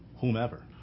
whomever